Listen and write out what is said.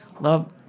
love